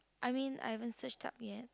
I mean I haven't search that yet